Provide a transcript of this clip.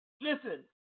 Listen